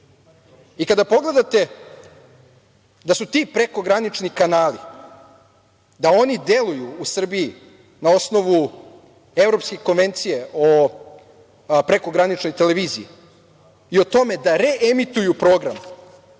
Kada pogledate da su ti prekogranični kanali, da oni deluju u Srbiji na osnovu Evropske konvencije o prekograničnoj televiziji i o tome da reemituju program